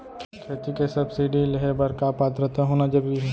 खेती के सब्सिडी लेहे बर का पात्रता होना जरूरी हे?